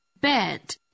bed